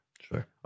Sure